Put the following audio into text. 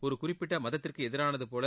ஒரு குறிப்பிட்ட மதத்திற்கு எதிரானது போல